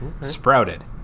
sprouted